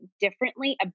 differently